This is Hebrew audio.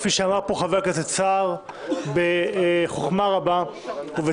כפי שאמר פה חבר הכנסת סער בחכמה רבה ובצדק